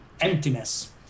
emptiness